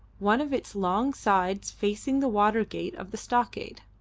one of its long sides facing the water-gate of the stockade.